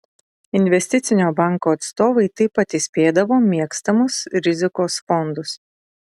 investicinio banko atstovai taip pat įspėdavo mėgstamus rizikos fondus